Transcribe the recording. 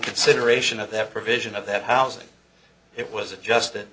consideration of that provision of that housing it was adjust